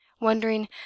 wondering